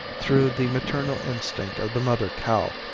through the maternal instinct of the mother cow,